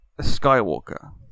Skywalker